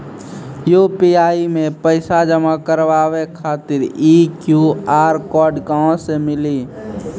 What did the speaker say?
UPI मे पैसा जमा कारवावे खातिर ई क्यू.आर कोड कहां से मिली?